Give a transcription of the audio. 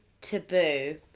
taboo